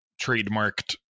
trademarked